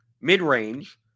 mid-range